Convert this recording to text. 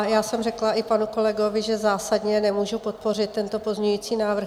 Já jsem řekla i panu kolegovi, že zásadně nemůžu podpořit tento pozměňující návrh.